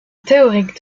théorique